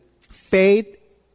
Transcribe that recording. faith